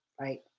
right